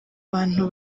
bantu